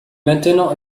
maintenant